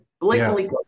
blatantly